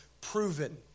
proven